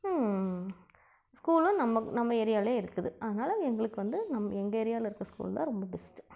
ஸ்கூலும் நம்ம நம்ம ஏரியாவிலேயே இருக்குது அதனால் எங்களுக்கு வந்து நம் எங்கள் ஏரியாவில் இருக்க ஸ்கூல் தான் ரொம்ப பெஸ்ட்டு